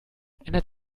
ändert